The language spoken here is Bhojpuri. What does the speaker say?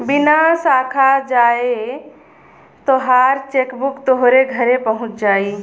बिना साखा जाए तोहार चेकबुक तोहरे घरे पहुच जाई